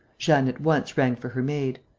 jeanne at once rang for her maid.